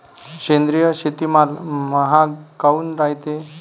सेंद्रिय शेतीमाल महाग काऊन रायते?